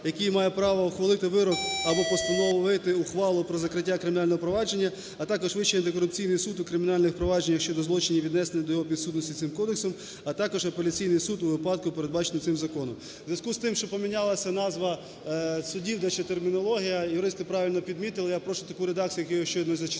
який має право ухвалити вирок або постановити ухвалу про закриття кримінального провадження, а також Вищий антикорупційний суд у кримінальних провадженнях щодо злочинів, віднесених до його підсудності цим кодексом, а також апеляційний суд у випадку, передбаченому цим законом". У зв'язку з тим, що помінялася назва судів, дещо термінологія, юристи правильно підмітили. Я прошу таку редакцію, яку я щойно зачитав